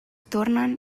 tornen